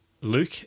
Luke